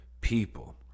people